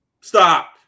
Stop